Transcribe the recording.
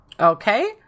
okay